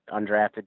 undrafted